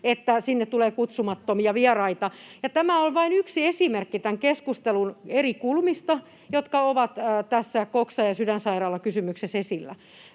että sinne tulee kutsumattomia vieraita. Tämä on vain yksimerkki tämän keskustelun eri kulmista, jotka ovat tässä Coxa ja Sydänsairaala ‑kysymyksessä esillä.